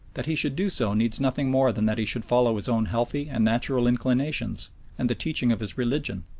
that he should do so needs nothing more than that he should follow his own healthy and natural inclinations and the teaching of his religion,